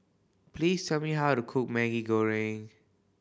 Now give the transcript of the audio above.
please tell me how to cook Maggi Goreng